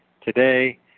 today